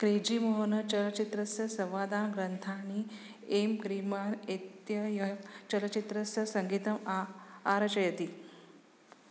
क्रीजीमोहन चलच्चित्रस्य संवादान् ग्रन्थानि एम् क्रीमान् इत्यस्य चलच्चित्रस्य सङ्गीतम् आरचयति